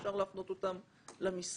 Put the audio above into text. אפשר להפנות אותם למשרד.